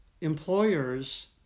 employers